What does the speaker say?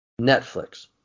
Netflix